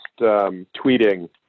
tweeting